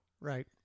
Right